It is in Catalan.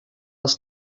els